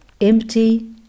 Empty